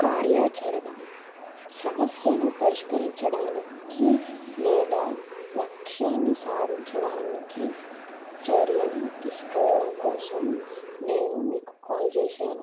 కార్యాచరణ సమస్యను పరిష్కరించడానికి లేదా లక్ష్యాన్ని సాధించడానికి చర్యను తీసుకోవడం కోసం నేను మీకు కాల్ చేశాను